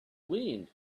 wind